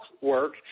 work